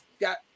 got